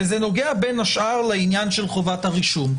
וזה נוגע בין השאר לעניין של חובת הרישום,